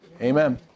Amen